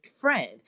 friend